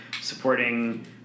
supporting